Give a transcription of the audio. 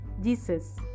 Jesus